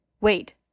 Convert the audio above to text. Wait